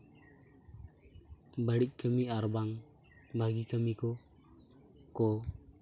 ᱵᱟᱹᱲᱤᱡ ᱠᱟᱹᱢᱤ ᱟᱨᱵᱟᱝ ᱵᱷᱟᱹᱜᱤ ᱠᱟᱹᱢᱤ ᱠᱚ ᱠᱚ